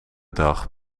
dag